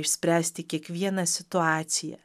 išspręsti kiekvieną situaciją